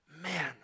man